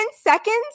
seconds